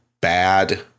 bad